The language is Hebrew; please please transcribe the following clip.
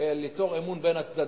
ליצור אמון בין הצדדים,